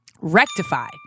rectify